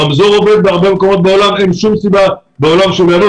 הרמזור עובד בהרבה מקומות בעולם ואין שום סיבה שהוא לא יעבוד,